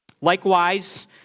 Likewise